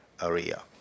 area